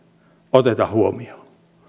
oteta huomioon